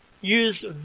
use